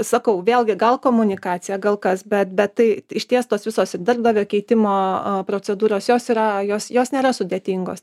sakau vėlgi gal komunikacija gal kas bet bet tai išties tos visos darbdavio keitimo o procedūros jos yra jos jos nėra sudėtingos